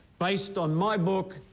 based on my book,